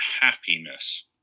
happiness